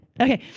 okay